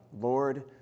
Lord